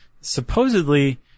supposedly